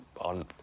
on